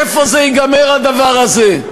איפה זה ייגמר, הדבר הזה?